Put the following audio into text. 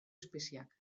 espezieak